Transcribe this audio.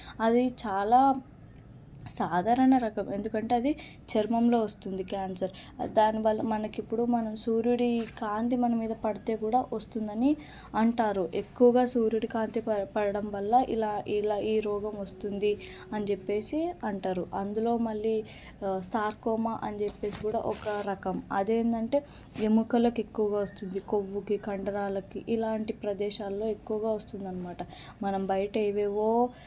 అది చాలా సాధారణ రకం ఎందుకంటే అది చర్మంలో వస్తుంది క్యాన్సర్ దానివల్ల మనకిప్పుడు మనం సూర్యుడి కాంతి మన మీద పడితే కూడా వస్తుందని అంటారు ఎక్కువగా సూర్యుడు కాంతి పడ పడడం వల్ల ఇలా ఇలా ఈ రోగం వస్తుంది అని చెప్పేసి అంటారు అందులో మళ్ళీ సార్కోమా అని చెప్పేసి కూడా ఒక రకం అది ఏంటంటే ఎముకలకు ఎక్కువగా వస్తుంది కొవ్వుకి కండరాలకి ఇలాంటి ప్రదేశాల్లో ఎక్కువగా వస్తుందన్నమాట మనం బయట ఏవేవో